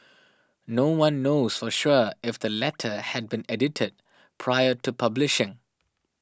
no one knows for sure if the letter had been edited prior to publishing